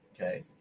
okay